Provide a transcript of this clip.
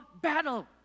battle